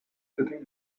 sitting